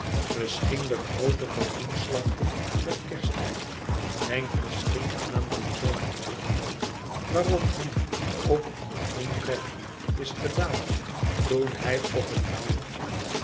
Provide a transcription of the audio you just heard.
misschien de groote kalkoenenslachting met kersttijd denkt misschien aan dien zomerochtend waarop hem ook al onrecht is gedaan toen hij op een laantje